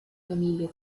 familie